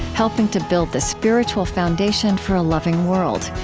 helping to build the spiritual foundation for a loving world.